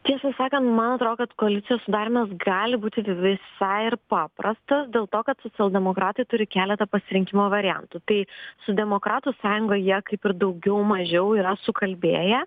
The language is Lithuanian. tiesą sakant man atrodo kad koalicijos sudarymas gali būti visai ir paprastas dėl to kad socialdemokratai turi keletą pasirinkimo variantų tai su demokratų sąjunga jie kaip ir daugiau mažiau yra sukalbėję